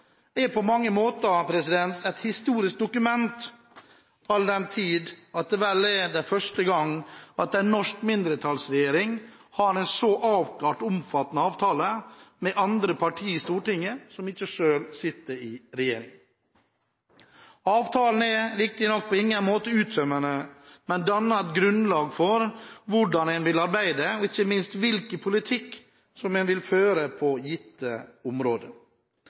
er på mange måter et historisk dokument, all den tid det vel er første gang at en norsk mindretallsregjering har en så avklart og omfattende avtale med andre partier i Stortinget og som ikke selv sitter i regjering. Avtalen er riktignok på ingen måte uttømmende, men danner et grunnlag for hvordan en vil arbeide, og ikke minst hvilken politikk en vil føre på gitte områder.